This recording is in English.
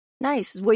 nice